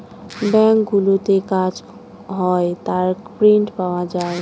ব্যাঙ্কগুলোতে কাজ হয় তার প্রিন্ট পাওয়া যায়